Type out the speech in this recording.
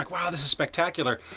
like wow this is spectacular!